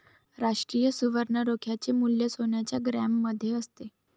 राष्ट्रीय सुवर्ण रोख्याचे मूल्य सोन्याच्या ग्रॅममध्ये असते